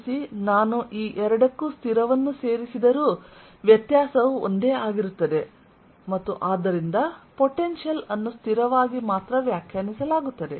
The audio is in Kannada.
ಗಮನಿಸಿ ನಾನು ಈ ಎರಡಕ್ಕೂ ಸ್ಥಿರವನ್ನು ಸೇರಿಸಿದರೂ ವ್ಯತ್ಯಾಸವು ಒಂದೇ ಆಗಿರುತ್ತದೆ ಮತ್ತು ಆದ್ದರಿಂದ ಪೊಟೆನ್ಶಿಯಲ್ ಅನ್ನು ಸ್ಥಿರವಾಗಿ ಮಾತ್ರ ವ್ಯಾಖ್ಯಾನಿಸಲಾಗುತ್ತದೆ